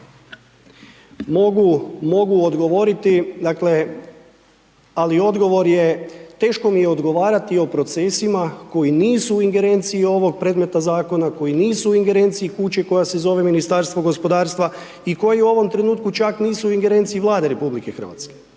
mogu odgovoriti. Dakle, ali odgovor je teško mi je odgovarati o procesima koji nisu u ingerenciji ovog predmeta zakona, koji nisu u ingerenciji kuće koja se zove Ministarstvo gospodarstva i koji u ovom trenutku čak nisu u ingerenciji Vlade RH. Dakle,